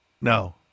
no